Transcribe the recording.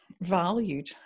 valued